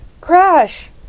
crash